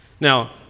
Now